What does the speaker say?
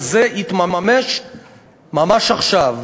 וזה יתממש ממש עכשיו.